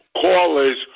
callers